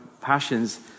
passions